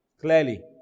Clearly